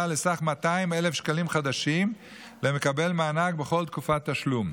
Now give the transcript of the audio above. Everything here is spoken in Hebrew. לסך 200,000 שקלים חדשים למקבל מענק בכל תקופת תשלום.